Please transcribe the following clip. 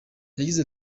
yagize